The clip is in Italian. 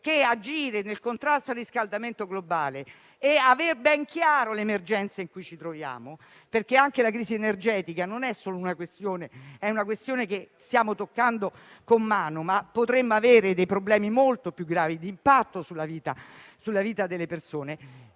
per agire nel contrasto al riscaldamento globale dobbiamo avere ben chiara l'emergenza in cui ci troviamo, perché anche la crisi energetica è una questione che stiamo toccando con mano, ma potremmo avere problemi molto più gravi d'impatto sulla vita delle persone.